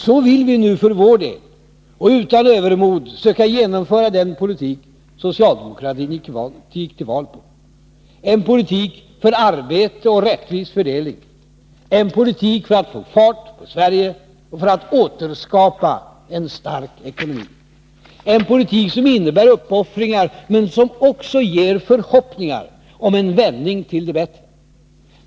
Så vill vi nu för vår del och utan övermod söka genomföra den politik socialdemokratin gick till val på, en politik för arbete och rättvis fördelning, en politik för att få fart på Sverige och för att återskapa en stark ekonomi, en politik som innebär uppoffringar, men som också ger förhoppningar om en vändning till det bättre.